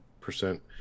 percent